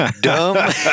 dumb